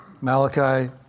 Malachi